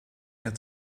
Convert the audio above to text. had